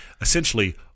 Essentially